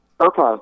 Okay